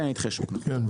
כן,